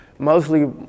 Mostly